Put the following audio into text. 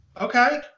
Okay